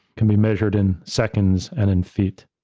can be measured in seconds and in feet.